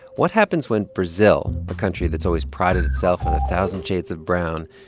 what happens when brazil, a country that's always prided itself on a thousand shades of brown,